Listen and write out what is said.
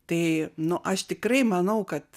tai nu aš tikrai manau kad